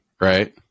right